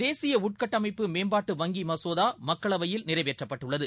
தேசிய உள்கட்டமைப்பு மேம்பாட்டு வங்கி மசோதா மக்களவையில் நிறைவேற்றப்பட்டுள்ளது